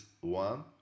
one